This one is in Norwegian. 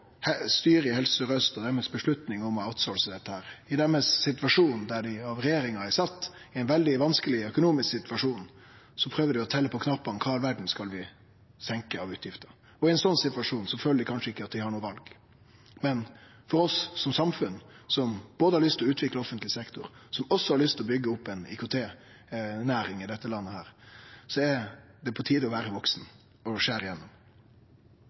Helse Sør-Aust og avgjerda deira om å «outsource» dette. I deira situasjon – regjeringa har sett dei i ein veldig vanskelig økonomisk situasjon – prøver dei å telje på knappane kva i all verda dei skal senke av utgifter. Og i ein slik situasjon føler dei kanskje at dei ikkje har noko val. Men for oss som samfunn, som har lyst til å utvikle offentleg sektor, og som også har lyst til å byggje opp ei IKT-næring i dette landet, er det på tide å vere vaksne og